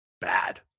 bad